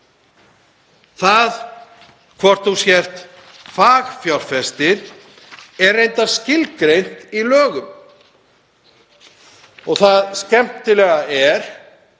Það hvort þú sért fagfjárfestir er reyndar skilgreint í lögum. Það skemmtilega er